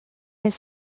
elle